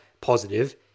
positive